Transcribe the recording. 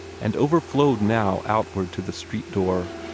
and overflowed now outward to the street door.